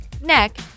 neck